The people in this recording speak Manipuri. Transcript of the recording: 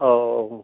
ꯑꯧ